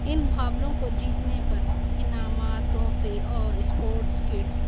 ان مقابلوں کو جیتنے پر انعامات تحفے اور اسپورٹس کٹس